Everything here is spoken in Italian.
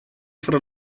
fra